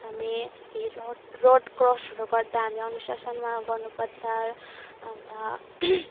हामी ही road road क्रोसहरू गर्दा हामी अनुशासनमा गर्नु पर्छ अन्त